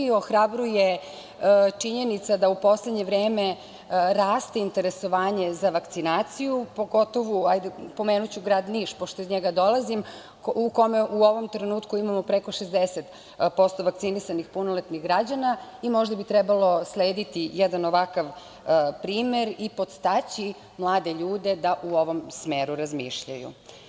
Ohrabruje činjenica da u poslednje vreme raste interesovanje za vakcinaciju, pogotovu, pomenuću grad Niš pošto iz njega dolazim, u kome u ovom trenutku imamo preko 60% vakcinisanih punoletnih građana i možda bi trebalo slediti jedan ovakav primer i podstaći mlade ljude da u ovom smeru razmišljaju.